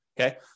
Okay